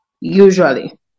Usually